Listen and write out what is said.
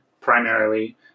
primarily